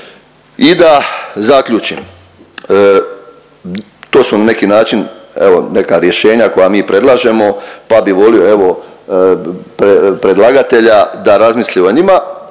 I da zaključim. To su na neki način evo neka rješenja koja mi predlažemo, pa bih molio evo predlagatelja da razmisli o njima